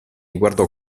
guardò